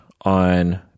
on